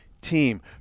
team